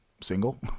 Single